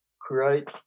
create